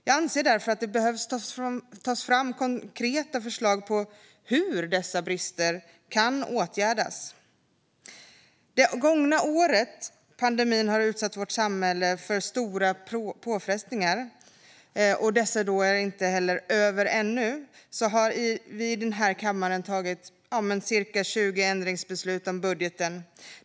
Jag anser därför att det behöver tas fram konkreta förslag till hur dessa brister kan åtgärdas. Under det gångna året har pandemin utsatt vårt samhälle för stora påfrestningar, och dessa är inte över än. Vi har i denna kammare tagit cirka 20 ändringsbeslut om budgeten.